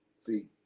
See